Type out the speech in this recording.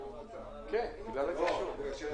בשעה